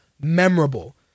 memorable